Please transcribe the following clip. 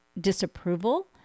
disapproval